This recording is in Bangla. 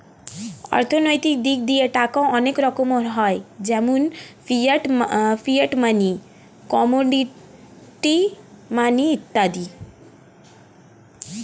অর্থনৈতিক দিক দিয়ে টাকা অনেক রকমের হয় যেমন ফিয়াট মানি, কমোডিটি মানি ইত্যাদি